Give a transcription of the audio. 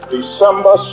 December